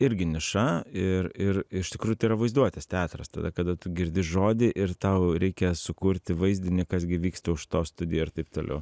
irgi niša ir ir iš tikrųjų tai yra vaizduotės teatras tada kada tu girdi žodį ir tau reikia sukurti vaizdinį kas gi vyksta už to studijoj ir taip toliau